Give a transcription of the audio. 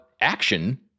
action